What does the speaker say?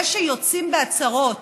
זה שיוצאים בהצהרות